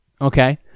okay